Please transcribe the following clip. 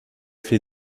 fait